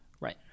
Right